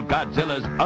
Godzilla's